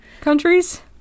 countries